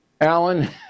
Alan